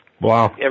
Wow